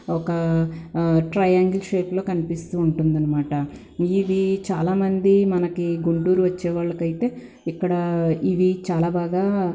ఒక ట్రైయాంగిల్ షేపులో కనిపిస్తూ ఉంటుందనమాట ఇవి చాలా మంది మనకి గుంటూరు వచ్చే వాళ్లకు అయితే ఇక్కడ ఇవి చాలా బాగా